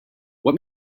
what